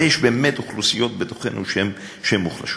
ויש באמת אוכלוסיות בתוכנו שהן מוחלשות.